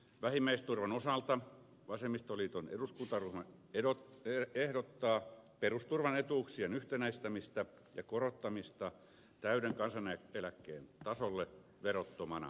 vähimmäisturvan osalta vasemmistoliiton eduskuntaryhmä ehdottaa perusturvaetuuksien yhtenäistämistä ja korottamista täyden kansaneläkkeen tasolle verottomana